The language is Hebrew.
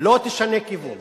לא תשנה כיוון